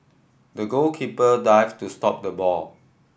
the goalkeeper dived to stop the ball